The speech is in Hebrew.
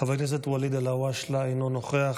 חבר הכנסת ואליד אלהואשלה, אינו נוכח,